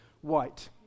white